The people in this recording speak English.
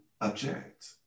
object